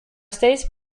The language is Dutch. steeds